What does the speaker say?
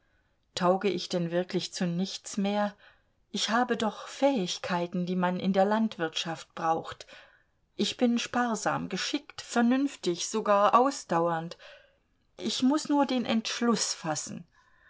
tauge ich denn wirklich zu nichts mehr ich habe doch fähigkeiten die man in der landwirtschaft braucht ich bin sparsam geschickt vernünftig sogar ausdauernd ich muß nur den entschluß fassen